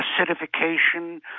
acidification